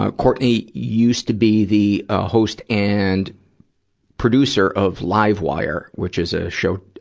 ah courtenay used to be the ah host and producer of live wire, which is a show, ah,